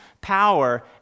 power